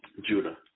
Judah